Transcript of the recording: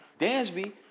Dansby